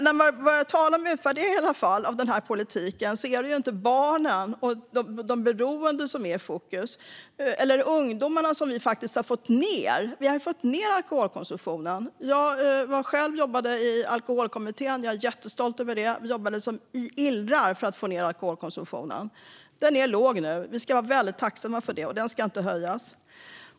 När man börjar tala om utvärdering av den här politiken är det inte barnen till beroende som är i fokus, och inte heller ungdomarna. Vi har faktiskt fått ned alkoholkonsumtionen bland ungdomarna. Jag jobbade själv i Alkoholkommittén, vilket jag är jättestolt över. Vi jobbade som illrar för att få ned alkoholkonsumtionen. Den är låg nu. Vi ska vara väldigt tacksamma för det. Den ska inte höjas.